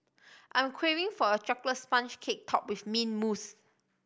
I am craving for a chocolate sponge cake topped with mint mousse